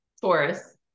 Taurus